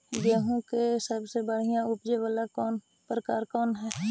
गेंहूम के सबसे बढ़िया उपज वाला प्रकार कौन हई?